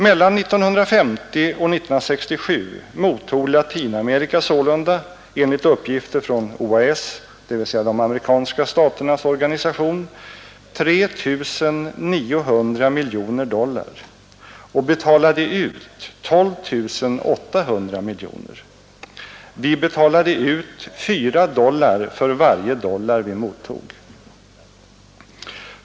Mellan 1950 och 1967 mottog Latinamerika sålunda, enligt uppgifter från OAS 3 900 miljoner dollar och betalade ut 12 800 miljoner. Vi betalade ut fyra dollar för varje dollar vi mottog.